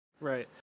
Right